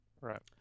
Right